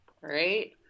Right